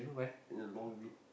yeah a long week